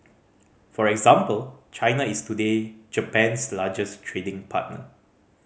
for example China is today Japan's largest trading partner